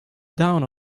down